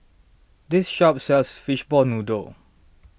this shop sells Fishball Noodle